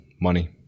money